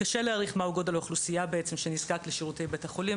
קשה להעריך מה הוא גודל האוכלוסייה שנזקק לשירותי בית החולים,